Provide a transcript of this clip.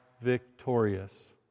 victorious